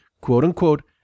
quote-unquote